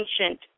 ancient